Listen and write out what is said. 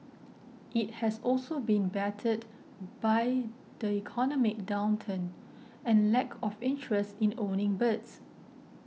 it has also been battered by the economic downturn and lack of interest in owning birds